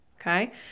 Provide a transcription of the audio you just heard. okay